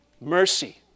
mercy